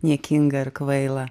niekinga ir kvaila